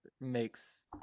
makes